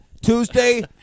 Tuesday